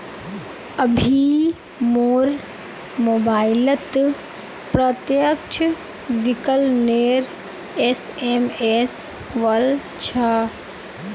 अभी मोर मोबाइलत प्रत्यक्ष विकलनेर एस.एम.एस वल छ